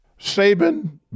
Saban